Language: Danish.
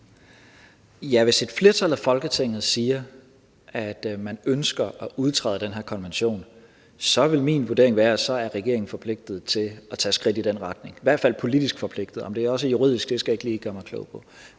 Hvis et flertal i Folketinget siger, at man ønsker at udtræde af den her konvention, så vil min vurdering være, at så er regeringen forpligtet til at tage skridt i den retning, i hvert fald politisk forpligtet, om det også er juridisk, skal jeg ikke lige gøre mig klog på.